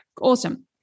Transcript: awesome